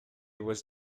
was